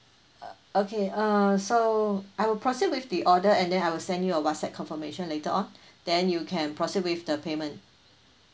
err okay uh so I will proceed with the order and then I will send you a whatsapp confirmation later on then you can proceed with the payment